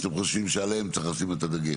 שאתם חושבים שעליהן צריך לשים את הדגש.